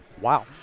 Wow